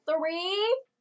three